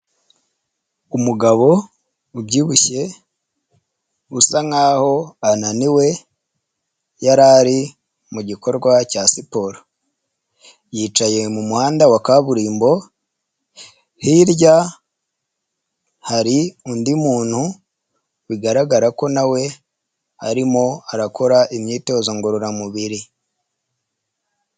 Umugabo ubyibushye usa nkaho ananiwe yarari mu gikorwa cya siporo, yicaye mumuhanda wa kaburimbo hirya hari undi muntu bigaragara ko nawe arimo arakora imyitozo ngororamubiri.